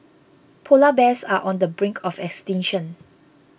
Polar Bears are on the brink of extinction